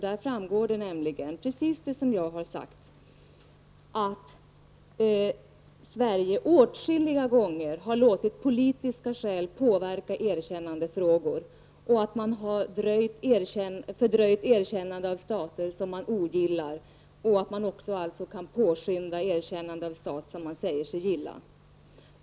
Där kommer det som jag har sagt att framgå, att Sverige åtskilliga gånger har låtit politiska skäl påverka frågor om erkännande av länder och att Sverige har fördröjt erkännandet av stater som man ogillar och att Sverige även kan påskynda erkännande av stater som man säger sig gilla.